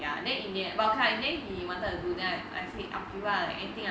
ya and then in end but okay lah then in the end he wanted to do I said up to you lah